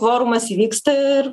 kvorumas įvyksta ir